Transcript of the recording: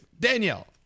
Danielle